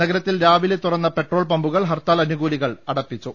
നഗരത്തിൽ രാവിലെ തുറന്ന പെട്രോൾ പമ്പുകൾ ഹർത്താൽ അനുകൂലികൾ അടപ്പിച്ചു